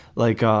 like,